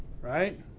right